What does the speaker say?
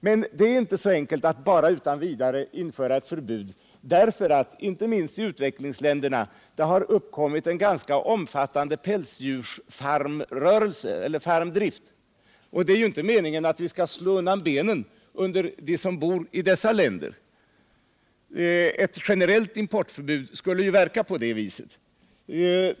Men det är inte så enkelt att utan vidare införa ett importförbud, därför att det inte minst i utvecklingsländer har uppkommit en ganska omfattande pälsdjursfarmdrift, och det är ju inte meningen att vi skall slå undan benen på dem som bor i dessa länder. Ett generellt importförbud skulle ju verka på det viset.